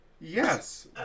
Yes